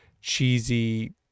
cheesy